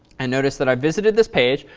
and notice that i've visited this page.